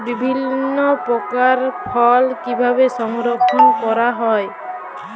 বিভিন্ন প্রকার ফল কিভাবে সংরক্ষণ করা হয়?